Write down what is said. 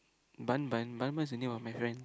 Bun Bun Bun Bun is the name of my friend